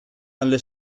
alle